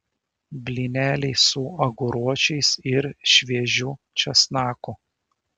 blyneliai su aguročiais ir šviežiu česnaku